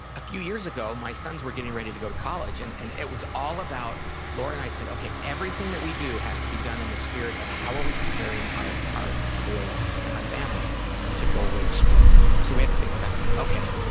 a few years ago, my sons were getting ready to go to college, and and it was all about, laura and i said, everything we do has to be done in the spirit of how are we preparing our our boys and our family to go away to school? so we had to think about, okay,